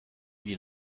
wie